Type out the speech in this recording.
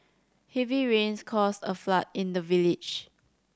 heavy rains caused a flood in the village